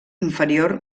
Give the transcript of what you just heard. inferior